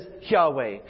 Yahweh